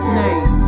name